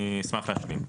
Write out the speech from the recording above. אני אשמח להשלים.